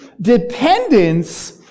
dependence